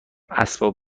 اسباب